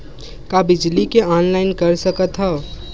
का बिजली के ऑनलाइन कर सकत हव?